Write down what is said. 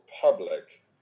public